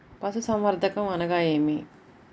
పశుసంవర్ధకం అనగా ఏమి?